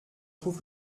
trouve